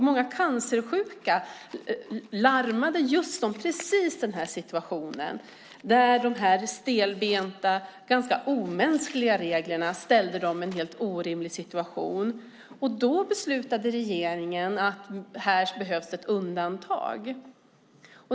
Många cancersjuka larmade om just precis den här situationen, där de stelbenta och ganska omänskliga reglerna ställde dem i en helt orimlig situation. Då beslutade regeringen att det behövdes ett undantag.